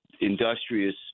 industrious